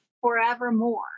forevermore